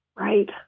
Right